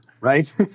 right